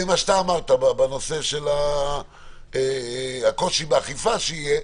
מה שאמרת בנושא של הקושי באכיפה שיהיה.